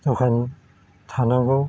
दखान थानांगौ